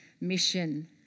mission